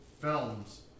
Films